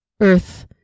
earth